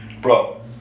Bro